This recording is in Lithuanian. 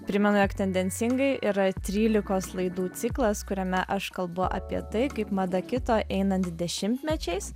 primenu jog tendencingai yra trylikos laidų ciklas kuriame aš kalbu apie tai kaip mada kito einant dešimtmečiais